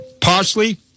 Parsley